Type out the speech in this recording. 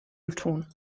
betonen